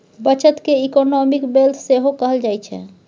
बचत केँ economic wealth सेहो कहल जाइ छै